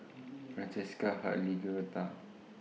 Francesca Hartley Georgetta